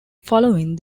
following